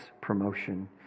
promotion